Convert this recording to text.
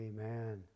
Amen